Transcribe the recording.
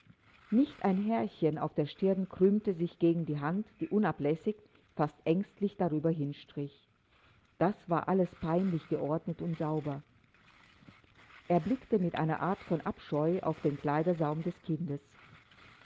nicht ein härchen auf der stirn krümmte sich gegen die hand die unablässig fast ängstlich darüber hinstrich da war alles peinlich geordnet und sauber er blickte mit einer art von abscheu auf den kleidersaum des kindes